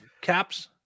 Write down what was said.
Caps